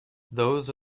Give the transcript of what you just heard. those